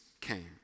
came